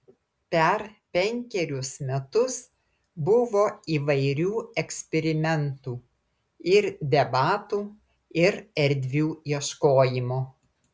per penkerius metus buvo įvairių eksperimentų ir debatų ir erdvių ieškojimo